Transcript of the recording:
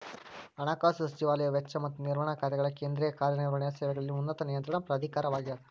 ಹಣಕಾಸು ಸಚಿವಾಲಯ ವೆಚ್ಚ ಮತ್ತ ನಿರ್ವಹಣಾ ಖಾತೆಗಳ ಕೇಂದ್ರೇಯ ಕಾರ್ಯ ನಿರ್ವಹಣೆಯ ಸೇವೆಗಳಲ್ಲಿ ಉನ್ನತ ನಿಯಂತ್ರಣ ಪ್ರಾಧಿಕಾರವಾಗ್ಯದ